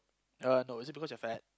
uh no is it because you're fat